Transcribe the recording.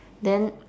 then